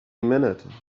minute